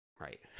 Right